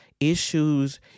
issues